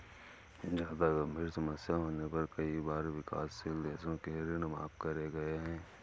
जादा गंभीर समस्या होने पर कई बार विकासशील देशों के ऋण माफ करे गए हैं